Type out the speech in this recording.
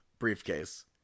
briefcase